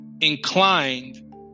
inclined